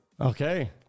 Okay